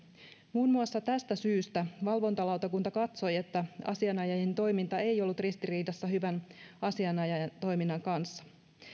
muun muassa tästä syystä valvontalautakunta katsoi että asianajajien toiminta ei ollut ristiriidassa hyvän asianajotoiminnan kanssa